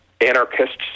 anarchists